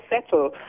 settle